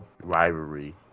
rivalry